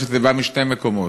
זה בא משני מקומות,